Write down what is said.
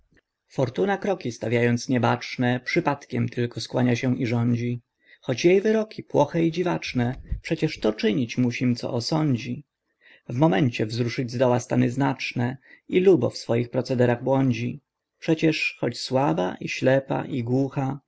fortuna kroki stawiając niebaczne przypadkiem tylko skłania się i rządzi choć jej wyroki płoche i dziwaczne przecież to czynić musim co osądzi w momencie wzruszyć zdoła stany znaczne i lubo w swoich procederach błądzi przecież choć słaba i ślepa i głucha